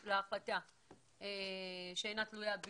יחזרו לבוסים שלהם ויגידו להם: לא יעכבו אותם ולא יתעללו בהם